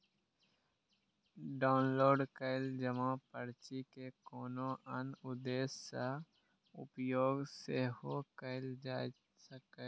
download कैल जमा पर्ची के कोनो आन उद्देश्य सं उपयोग सेहो कैल जा सकैए